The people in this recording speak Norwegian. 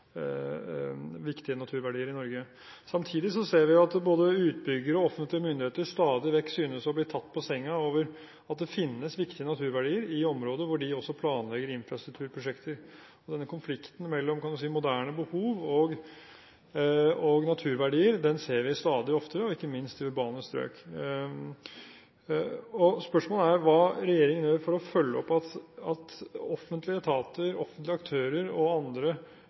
viktige naturverdier i Norge. Samtidig ser vi at både utbyggere og offentlige myndigheter stadig vekk synes å bli tatt på senga over at det finnes viktige naturverdier i områder hvor de også planlegger infrastrukturprosjekter. Denne konflikten mellom moderne behov og naturverdier ser vi stadig oftere, ikke minst i urbane strøk. Spørsmålet er hva regjeringen gjør for å følge opp at offentlige etater, offentlige aktører og andre